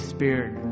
Spirit